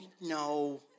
no